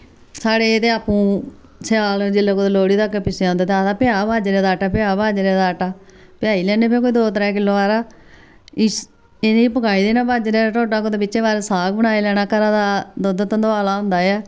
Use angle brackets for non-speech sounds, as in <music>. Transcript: साढ़े ते आप्पूं स्याल जिल्लै कुतै लोह्ड़ी दे अग्गे पिच्छै आंदा ते आखदे भैैया बाजरे दा आटा भैया बाजरे दा आटा प्याही लैनी मैं कोई दो त्रै किल्लो हारा इस इ'ने पकाई देना बाजरे दा ढोडा कुतै बिच्चै पारै साग बनाई लैना घरा दा दुध्द <unintelligible> आह्ला होंदा ऐ